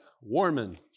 Warman